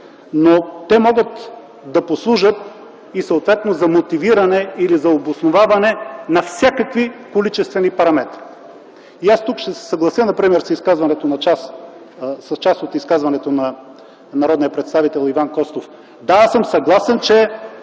но те могат да послужат и съответно за мотивиране или за обосноваване на всякакви количествени параметри. И аз тук ще се съглася с част от изказването на народния представител Иван Костов. Да, аз съм съгласен, че